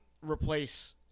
replace